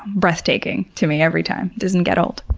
breathtaking to me every time. doesn't get old.